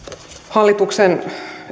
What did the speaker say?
hallituksen